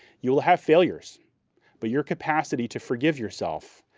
you will have failures but your capacity to forgive yourself,